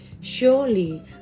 surely